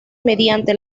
mediante